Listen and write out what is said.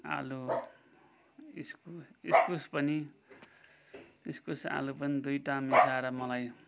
आलु इस्कुस इस्कुस पनि इस्कुस आलु पनि दुइटा मिसाएर मलाई